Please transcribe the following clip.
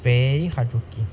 play hard to get